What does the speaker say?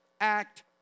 act